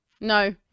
No